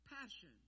passion